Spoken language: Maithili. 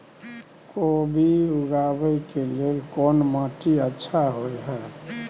कोबी उगाबै के लेल कोन माटी अच्छा होय है?